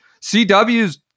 CW's